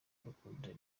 rukundo